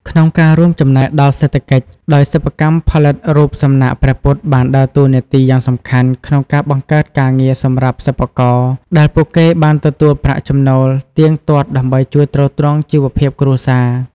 ក្នុងការរួមចំណែកដល់សេដ្ឋកិច្ច ដោយសិប្បកម្មផលិតរូបសំណាកព្រះពុទ្ធបានដើរតួនាទីយ៉ាងសំខាន់ក្នុងការ បង្កើតការងារសម្រាប់សិប្បករ ដែលពួកគេបានទទួលប្រាក់ចំណូលទៀងទាត់ដើម្បីជួយទ្រទ្រង់ជីវភាពគ្រួសារ។